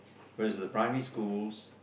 whereas the primary schools